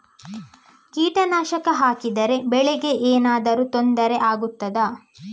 ಕೀಟನಾಶಕ ಹಾಕಿದರೆ ಬೆಳೆಗೆ ಏನಾದರೂ ತೊಂದರೆ ಆಗುತ್ತದಾ?